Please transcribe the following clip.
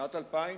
בשנת 2000,